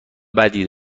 بدی